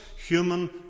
human